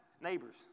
neighbors